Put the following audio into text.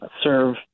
serve